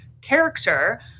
character